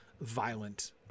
violent